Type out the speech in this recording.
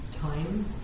time